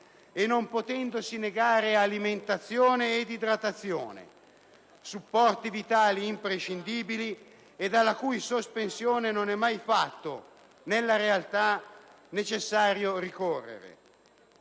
e non potendosi negare alimentazione ed idratazione, supporti vitali imprescindibili, alla cui sospensione non è mai di fatto, nella realtà, necessario ricorrere.